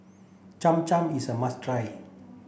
Cham Cham is a must try